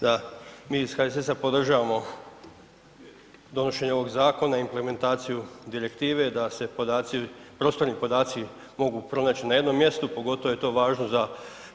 da, mi iz HSS-a podržavamo donošenje ovog zakona i implementaciju Direktive da se podaci, prostorni podaci mogu pronaći na jednom mjestu, pogotovo je to važno za